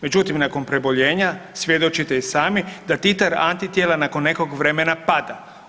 Međutim nakon preboljenja svjedočite i sami da titar antitijela nakon nekog vremena pada.